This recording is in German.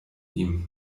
ihm